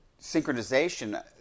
synchronization